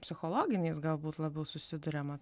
psichologiniais galbūt labiau susiduriama